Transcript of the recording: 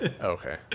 Okay